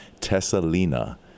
tessalina